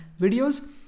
videos